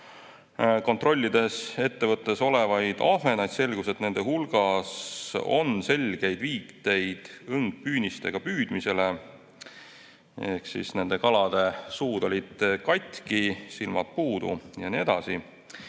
Kontrollides ettevõttes olevaid ahvenaid, selgus, et nende hulgas on selgeid viiteid õngpüünistega püüdmisele. Nende kalade suud olid katki, silmad puudu ja nii edasi.